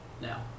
Now